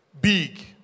big